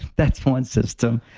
that's one system.